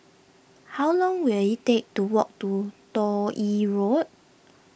how long will it take to walk to Toh Yi Road